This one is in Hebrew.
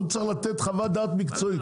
הוא צריך לתת חוות דעת מקצועית,